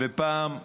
ופעם,